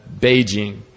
Beijing